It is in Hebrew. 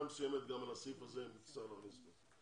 מסוימת גם על הסעיף הזה אם תצטרך להכניס אותו.